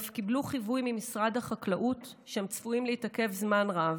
והם אף קיבלו חיווי ממשרד החקלאות שהם צפויים להתעכב זמן רב.